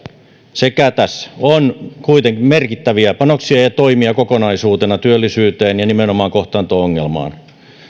sekä tässä on kuitenkin merkittäviä panoksia ja toimia kokonaisuutena työllisyyteen ja nimenomaan kohtaanto ongelmaan